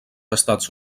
estats